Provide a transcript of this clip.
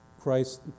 Christ